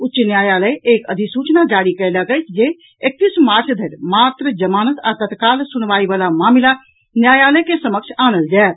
उच्च न्यायालय एक अधिसूचना जारी कयलक अछि जे एकतीस मार्च धरि मात्र जमानत आ तत्काल सुनवाई वला मामिला न्यायालय के समक्ष आनल जायत